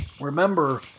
remember